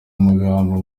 magambo